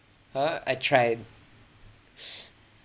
!huh! I tried